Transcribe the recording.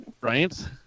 Right